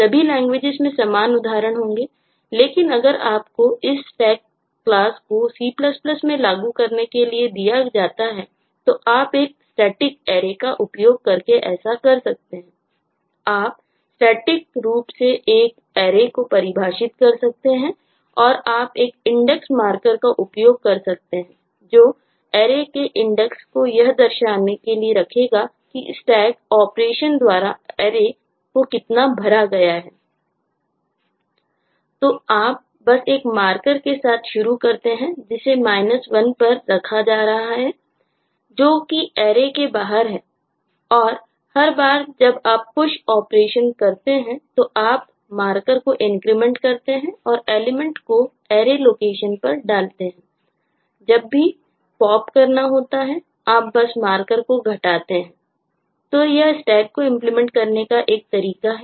तो आप बस एक मार्कर है